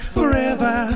Forever